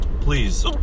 please